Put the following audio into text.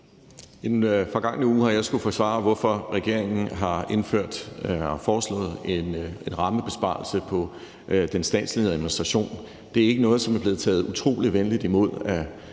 I den forgangne uge har jeg skullet forsvare, hvorfor regeringen har foreslået en rammebesparelse på den statslige administration. Det er ikke noget, som er blevet taget utrolig vel imod